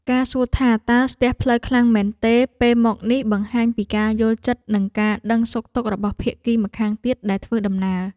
ការសួរថាតើស្ទះផ្លូវខ្លាំងមែនទេពេលមកនេះ បង្ហាញពីការយល់ចិត្តនិងការដឹងសុខទុក្ខរបស់ភាគីម្ខាងទៀតដែលធ្វើដំណើរ។